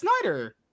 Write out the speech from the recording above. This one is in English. Snyder